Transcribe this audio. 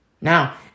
Now